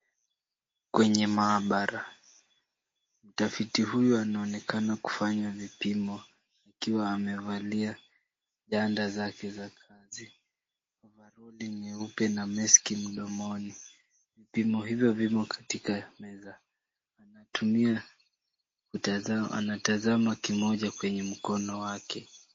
Kwenye maabara. Mtafiti huyu anaonekana kufanya vipimo ikiwa amevalia ganda zake za kazi. Ovaroli nyeupe na maski mdomoni. Vipimo hivyo vimo katika meza. Anatumia kutazama, anatazama kimoja kwenye mkono wake.